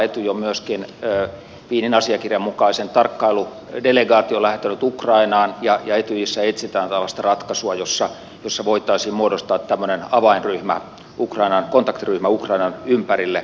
etyj on myöskin wienin asiakirjan mukaisen tarkkailudelegaation lähettänyt ukrainaan ja etyjissä etsitään tällaista ratkaisua jossa voitaisiin muodostaa tämmöinen avainryhmä kontaktiryhmä ukrainan ympärille